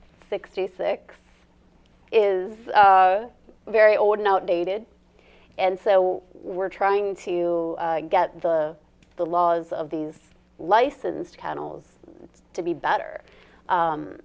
sixty six is very ordinary outdated and so we're trying to get the the laws of these licensed kennels to be better